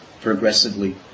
progressively